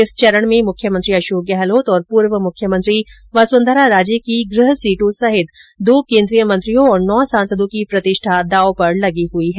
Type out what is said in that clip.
इस चरण में मुख्यमंत्री अशोक गहलोत और पूर्व मुख्यमंत्री वसुंधरा राजे की गृह सीटों सहित दो केंद्रीय मंत्रियों और नौ सांसदों की प्रतिष्ठा दांव पर लगी है